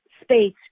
space